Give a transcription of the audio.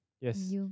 yes